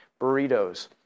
Burritos